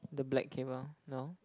the black cable no